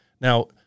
Now